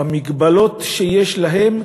במגבלות שיש להם,